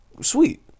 sweet